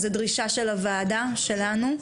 זה דרישה של הוועדה שלנו.